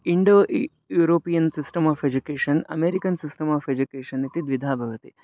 Indo European system of education American system of education इति द्विधा भवति